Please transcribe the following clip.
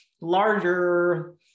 larger